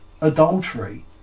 adultery